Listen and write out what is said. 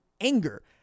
anger